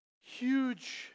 Huge